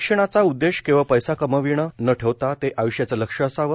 शिक्षणाचा उद्देश केवळ पैसा कमविणं न ठेवता ते आयुष्याचं लक्ष्य असावं